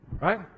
Right